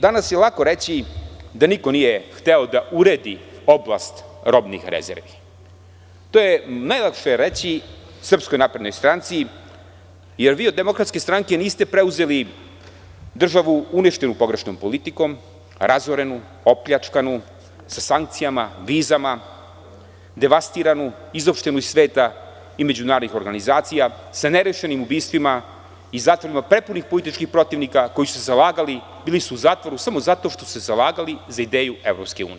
Danas je lako reći da niko nije hteo da uredi oblast robnih rezervi, to je najlakše reći SNS jer vi od DS niste preuzeli državu uništenu pogrešnom politikom, razorenu, opljačkanu, sa sankcijama, vizama, devastiranu, izopštenu iz sveta i međunarodnih organizacija, sa nerešenim ubistvima i zatvorima prepunih političkih protivnika koji su se zalagali, bili su u zatvoru samo zato što su se zalagali za ideju EU.